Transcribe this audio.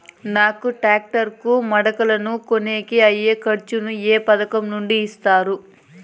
నాకు టాక్టర్ కు మడకలను కొనేకి అయ్యే ఖర్చు ను ఏ పథకం నుండి ఇస్తారు?